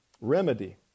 Remedy